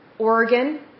Oregon